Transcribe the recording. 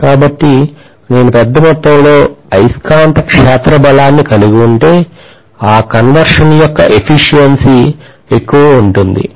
కాబట్టి నేను పెద్ద మొత్తంలో అయస్కాంత క్షేత్ర బలాన్ని కలిగి ఉంటే ఆ కన్వర్షన్ యొక్క efficiency ఎక్కువ ఉంటుంది